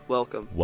Welcome